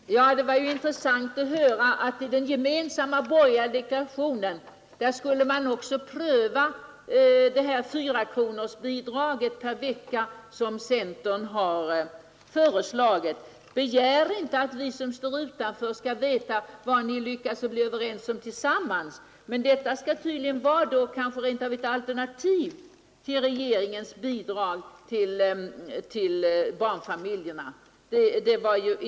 Fru talman! Det var ju intressant att höra att den gemensamma borgerliga deklarationen innebär att man också skall pröva det bidrag om fyra kronor per vecka som centern har föreslagit. Begär inte att vi som står utanför skall veta vad ni lyckas bli överens om inbördes, men detta skall tydligen rent av vara ett alternativ till regeringens bidrag till barnfamiljerna.